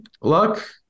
luck